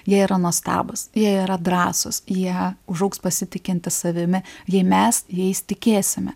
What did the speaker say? jie yra nuostabūs jie yra drąsūs jie užaugs pasitikintys savimi jei mes jais tikėsime